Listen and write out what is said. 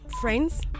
Friends